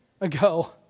ago